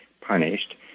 punished